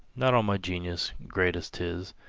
not all my genius, great as tis,